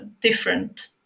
different